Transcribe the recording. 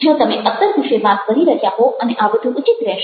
જો તમે અત્તર વિશે વાત કરી રહ્યા હો અને આ વધુ ઉચિત રહેશે